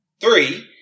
Three